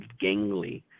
gangly